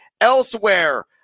Elsewhere